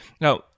Now